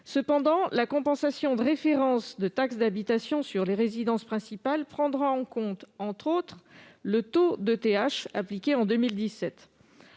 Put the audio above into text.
Cependant, la compensation de référence de taxe d'habitation sur les résidences principales prendra en compte, entre autres éléments, le taux de taxe